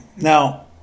Now